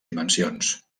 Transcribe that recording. dimensions